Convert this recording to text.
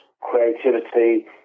creativity